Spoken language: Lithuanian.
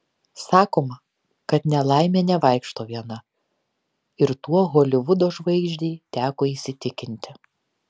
sakoma kad nelaimė nevaikšto viena ir tuo holivudo žvaigždei teko įsitikinti